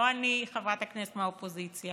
לא אני, חברת כנסת מהאופוזיציה,